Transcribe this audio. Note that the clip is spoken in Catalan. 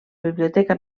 biblioteca